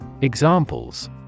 Examples